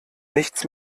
nichts